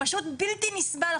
זה פשוט בלתי נסבל.